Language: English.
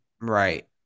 Right